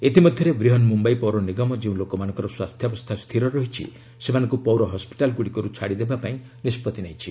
ଇତିମଧ୍ୟରେ ବ୍ରିହନ ମୁମ୍ବାଇ ପୌର ନିଗମ ଯେଉଁ ଲୋକମାନଙ୍କର ସ୍ୱାସ୍ଥ୍ୟାବସ୍ଥା ସ୍ଥିର ରହିଛି ସେମାନଙ୍କୁ ପୌର ହସ୍କିଟାଲଗୁଡ଼ିକରୁ ଛାଡ଼ି ଦେବା ପାଇଁ ନିଷ୍ପଭି ନେଇଛି